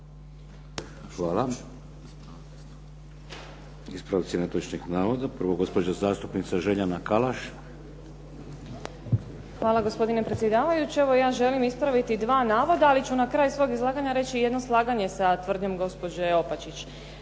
Hvala. Ispravci netočnih navoda. Prvo gospođa zastupnica Željana Kalaš. **Podrug, Željana (HDZ)** Hvala, gospodine predsjedavajući. Evo ja želim ispraviti dva navoda, ali ću na kraju svog izlaganja reći jedno slaganje sa tvrdnjom gospođe Opačić.